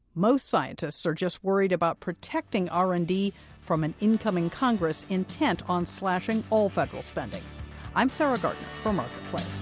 most scientists are just worried about protecting r and d from an incoming congress intent on slashing all federal spending i'm sarah gardner for marketplace